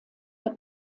der